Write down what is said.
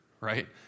right